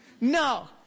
No